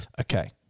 okay